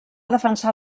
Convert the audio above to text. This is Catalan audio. defensar